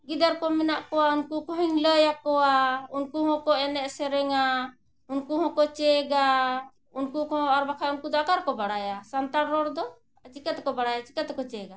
ᱜᱤᱫᱟᱹᱨ ᱠᱚ ᱢᱮᱱᱟᱜ ᱠᱚᱣᱟ ᱩᱱᱠᱩ ᱠᱚᱦᱚᱧ ᱞᱟᱹᱭ ᱟᱠᱚᱣᱟ ᱩᱱᱠᱩ ᱦᱚᱸᱠᱚ ᱮᱱᱮᱡ ᱥᱮᱨᱮᱧᱟ ᱩᱱᱠᱩ ᱦᱚᱸᱠᱚ ᱪᱮᱫᱟ ᱩᱱᱠᱩ ᱠᱚᱦᱚᱸ ᱟᱨ ᱵᱟᱠᱷᱟᱱ ᱩᱱᱠᱩ ᱫᱚ ᱚᱠᱟᱨᱮᱠᱚ ᱵᱟᱲᱟᱭᱟ ᱥᱟᱱᱛᱟᱲ ᱨᱚᱲ ᱫᱚ ᱪᱤᱠᱟᱹ ᱛᱮᱠᱚ ᱵᱟᱲᱟᱭᱟ ᱪᱤᱠᱟᱹ ᱛᱮᱠᱚ ᱪᱮᱫᱟ